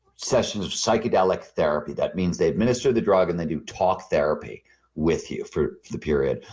sessions of psychedelic therapy that means they administer the drug and they do talk therapy with you for the period,